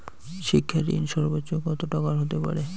শিক্ষা ঋণ সর্বোচ্চ কত টাকার হতে পারে?